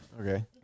Okay